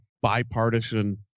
bipartisan